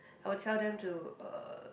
I will tell them to uh